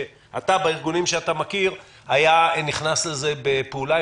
שבארגונים שאתה מכיר היה נכנס לזה בפעולה.